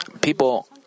People